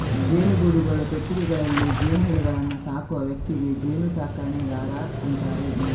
ಜೇನುಗೂಡುಗಳು, ಪೆಟ್ಟಿಗೆಗಳಲ್ಲಿ ಜೇನುಹುಳುಗಳನ್ನ ಸಾಕುವ ವ್ಯಕ್ತಿಗೆ ಜೇನು ಸಾಕಣೆಗಾರ ಅಂತಾರೆ